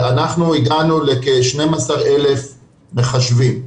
אנחנו הגענו לכ-12,000 מחשבים.